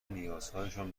نیازهایشان